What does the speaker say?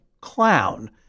clown